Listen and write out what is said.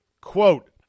quote